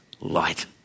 light